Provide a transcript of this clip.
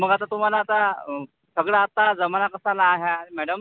मग आता तुम्हाला आता सगळं असताना जमाना तसा नाही आहे मॅडम